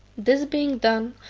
this being done,